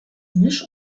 misch